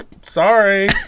sorry